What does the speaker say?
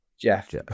Jeff